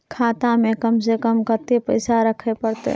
खाता में कम से कम कत्ते पैसा रखे परतै?